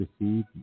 receive